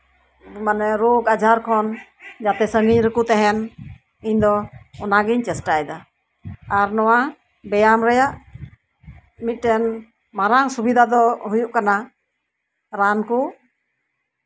ᱢᱟᱱᱮ ᱨᱳᱜᱽ ᱟᱡᱟᱨ ᱠᱷᱚᱱ ᱡᱟᱛᱮ ᱥᱟᱺᱜᱤᱧ ᱨᱮᱠᱚ ᱛᱟᱦᱮᱱ ᱤᱧ ᱫᱚ ᱚᱱᱟᱜᱤᱧ ᱪᱮᱥᱴᱟᱭᱮᱫᱟ ᱟᱨ ᱱᱚᱣᱟ ᱵᱮᱭᱟᱢ ᱨᱮᱭᱟᱜ ᱢᱤᱫᱴᱟᱹᱝ ᱢᱟᱨᱟᱝ ᱥᱩᱵᱤᱫᱷᱟ ᱫᱚ ᱦᱩᱭᱩᱜ ᱠᱟᱱᱟ ᱨᱟᱱ ᱠᱚ